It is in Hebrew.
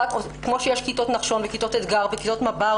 כמו שיש כיתות נחשון וכיתות אתגר וכיתות מב"ר